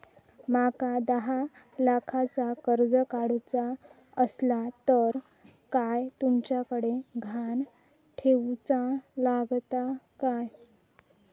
माका दहा लाखाचा कर्ज काढूचा असला तर काय तुमच्याकडे ग्हाण ठेवूचा लागात काय?